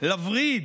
לווריד,